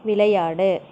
விளையாடு